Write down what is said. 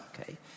okay